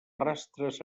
rastres